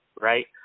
right